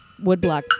woodblock